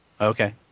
okay